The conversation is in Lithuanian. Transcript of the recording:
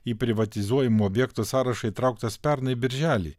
į privatizuojamų objektų sąrašą įtrauktas pernai birželį